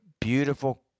beautiful